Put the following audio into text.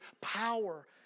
power